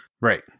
Right